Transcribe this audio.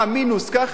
מינוס ככה?